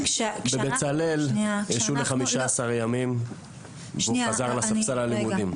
בצלאל השעו ל-15 ימים והוא חזר לספסל הלימודים.